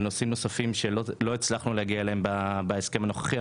על נושאים נוספים שלא הצלחנו להגיע אליהם בהסכם הנוכחי.